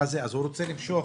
אז הוא רוצה למשוך.